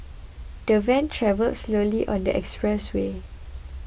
the van travelled slowly on the expressway